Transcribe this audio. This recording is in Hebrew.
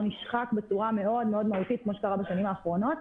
נשחק בצורה מאוד מאוד מהותית כמו שקרה בשנים האחרונות,